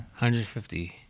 150